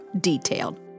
detailed